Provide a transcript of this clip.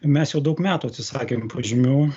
mes jau daug metų atsisakėm požymių